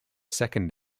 second